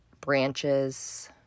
branches